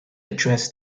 address